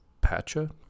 Pacha